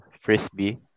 frisbee